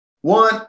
One